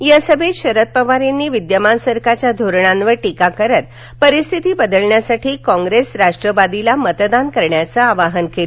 या सभेत शरद पवार यांनी विद्यमान सरकारच्या धोरणांवर टीका करत परिस्थिती बदलण्यासाठी कॉप्रेस राष्ट्रवादीला मतदान करण्याचं आवाहन केलं